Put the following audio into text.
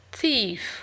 Thief